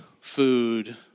food